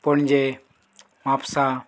Panaji Mapusa